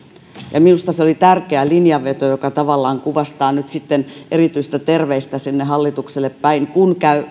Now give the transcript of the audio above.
minusta se oli tärkeä linjanveto joka tavallaan kuvastaa nyt erityistä terveistä sinne hallitukselle päin kun